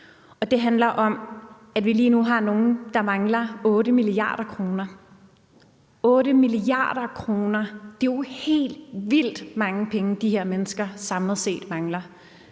Det handler om, at vi lige nu har nogle mennesker, der mangler 8 mia. kr. – 8 mia. kr.! Det er jo helt vildt mange penge, de her mennesker samlet set mangler.